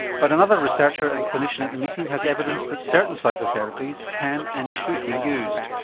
but another researcher and clinician at the meeting has evidence that certain psychotherapies can and should be used.